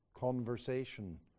conversation